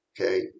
Okay